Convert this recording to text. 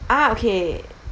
ah okay